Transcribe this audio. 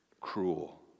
cruel